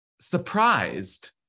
surprised